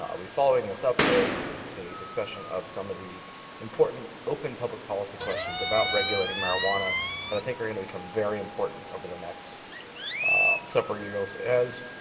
ah i'll be following this up with a discussion of some of the important open public policy questions about regulating marijuana that i think are going to become very important over the next several years as